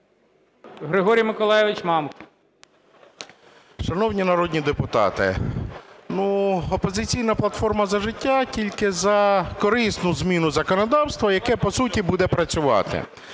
11:35:52 МАМКА Г.М. Шановні народні депутати, "Опозиційна платформа - За життя" тільки за корисну зміну законодавства, яке по суті буде працювати.